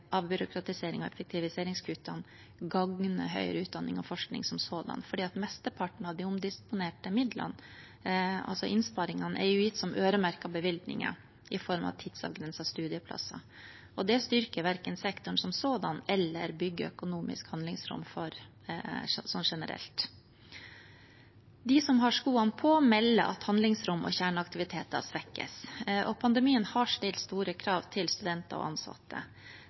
og effektiviseringskuttene gagner høyere utdanning og forskning som sådan, for mesteparten av de omdisponerte midlene, altså innsparingene, er jo gitt som øremerkede bevilgninger i form av tidsavgrensede studieplasser. Det styrker verken sektoren som sådan eller bygger økonomisk handlingsrom sånn generelt. De som har skoene på, melder at handlingsrom og kjerneaktiviteter svekkes. Pandemien har stilt store krav til studenter og ansatte.